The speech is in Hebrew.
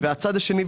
ובצד השני,